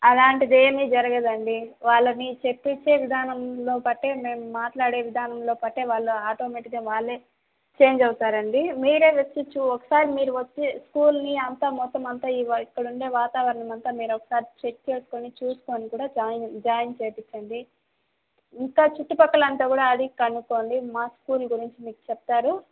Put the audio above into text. అలాంటిదేమి జరగదండి వాళ్ళని చెప్పిచ్చే విధానంలో బట్టే మేం మాట్లాడే విధానంలో బట్టే వాళ్ళు ఆటోమేటిక్గా వాళ్ళే చేంజ్ అవుతారండి మేరే ఒకసారి మీరు వచ్చి స్కూల్ని మొత్తమంతా ఇ ఇక్కడుండే వాతావరణమంతా మీరొకసారి చెక్ చేసుకొని చూసుకొని కూడా జాయిన్ జాయిన్ చేపిచ్చండి ఇంకా చుట్టుపక్కలంతా కూడా అడిగి కనుక్కోండి మా స్కూల్ గురించి మీకు చెప్తారు